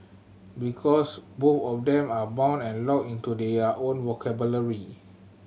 because both of them are bound and locked into their own vocabulary